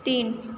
تین